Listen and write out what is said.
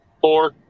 Four